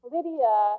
Lydia